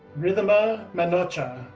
ridhima manocha,